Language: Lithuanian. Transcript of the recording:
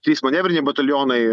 trys manevriniai batalionai